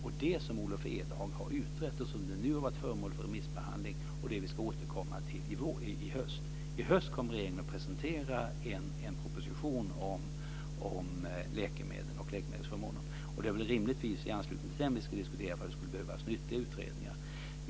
Det är det som Olof Edhag har utrett, som nu har varit föremål för remissbehandling och som vi ska återkomma till i höst. I höst kommer regeringen att presentera en proposition om läkemedel och läkemedelsförmåner. Rimligtvis är det i anslutning till den vi ska diskutera vad för ytterligare utredningar som skulle behövas.